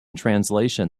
translation